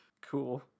Cool